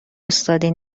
استادی